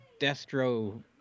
Destro